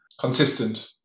consistent